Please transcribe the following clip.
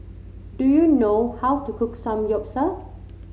do you know how to cook Samgyeopsal